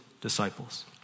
disciples